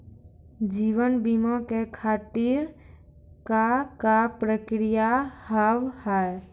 जीवन बीमा के खातिर का का प्रक्रिया हाव हाय?